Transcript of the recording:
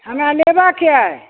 हमरा लेबऽके अइ